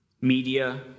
media